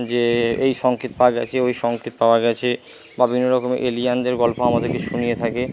যে এই সঙ্কেত পাওয়া গিয়েছে ওই সঙ্কেত পাওয়া গিয়েছে বা বিভিন্ন রকমের এলিয়েনদের গল্প আমাদেরকে শুনিয়ে থাকে